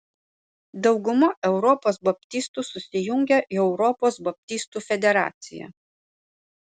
dauguma europos baptistų susijungę į europos baptistų federaciją